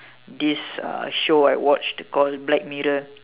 this uh show I watched called black-mirror